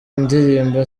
indirimbo